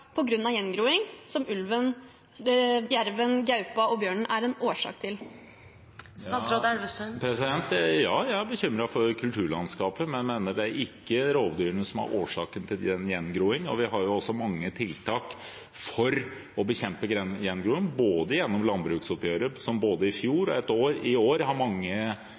av gjengroing, noe som ulven, jerven, gaupa og bjørnen er en årsak til? Jo, jeg er bekymret for kulturlandskapet, men jeg mener det ikke er rovdyrene som er årsaken til gjengroingen. Vi har mange tiltak for å bekjempe gjengroing, også gjennom landbruksoppgjøret, som både i fjor og i år har mange